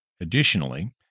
Additionally